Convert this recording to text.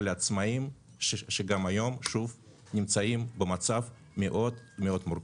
על עצמאים שגם היום נמצאים במצב מאוד מאוד מורכב.